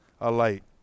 alight